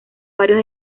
varios